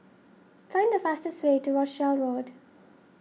find the fastest way to Rochdale Road